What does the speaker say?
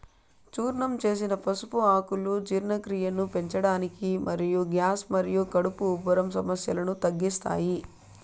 చూర్ణం చేసిన పసుపు ఆకులు జీర్ణక్రియను పెంచడానికి మరియు గ్యాస్ మరియు కడుపు ఉబ్బరం సమస్యలను తగ్గిస్తాయి